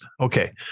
okay